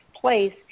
place